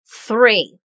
three